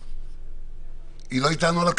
תשאלי את האנשים, תראי איך את מתנהגת.